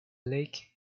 lake